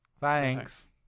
Thanks